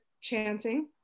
chanting